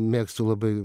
mėgstu labai